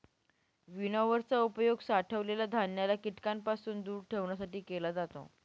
winnower चा उपयोग साठवलेल्या धान्याला कीटकांपासून दूर ठेवण्यासाठी केला जातो